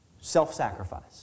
self-sacrifice